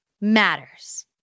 matters